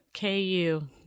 KU